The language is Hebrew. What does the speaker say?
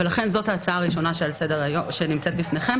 זאת ההצעה הראשונה שנמצאת בפניכם.